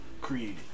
created